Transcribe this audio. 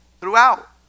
throughout